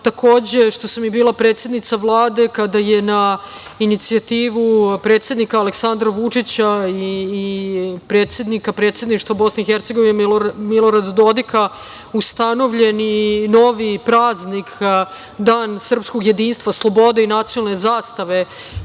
takođe što sam bila predsednica Vlade kada je na inicijativu predsednika Aleksandra Vučića i predsednika predsedništva BiH Milorada Dodika ustanovljen i novi praznik Dan srpskog jedinstva, slobode i nacionalne zastave,